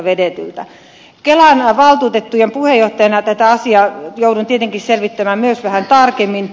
kelan valtuutettujen puheenjohtajana tätä asiaa jouduin tietenkin selvittämään myös vähän tarkemmin